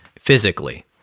physically